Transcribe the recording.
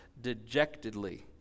dejectedly